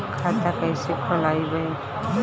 खाता कईसे खोलबाइ?